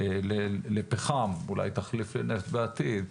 כתחליף לפחם, אולי לנפט בעתיד,